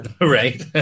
Right